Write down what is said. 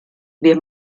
wir